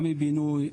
גם מבינוי,